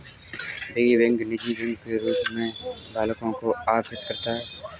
piggy bank निजी bank के रूप में बालकों को आकर्षित करता है